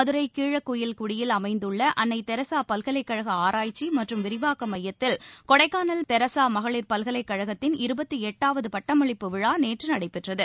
மதுரை கீழக்குயில்குடியில் அமைந்துள்ள அன்னை தெரசா பல்கலைக்கழக ஆராய்ச்சி மற்றும் விரிவாக்க மையத்தில் கொடைக்கானல் தெரசா மகளிர் பல்கலைக்கழகத்தின் இருபத்து எட்டாவது பட்டமளிப்பு விழா நேற்று நடைபெற்றது